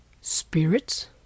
Spirits